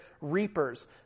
reapers